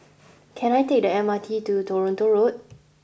can I take the M R T to Toronto Road